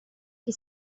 che